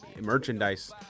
merchandise